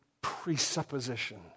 presupposition